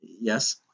Yes